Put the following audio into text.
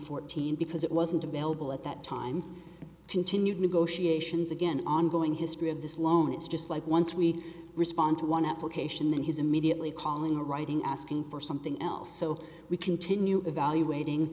fourteen because it wasn't available at that time continued negotiations again ongoing history of this loan it's just like once we respond to one application then his immediately calling writing asking for something else so we continue evaluating